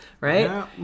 right